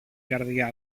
καρδιά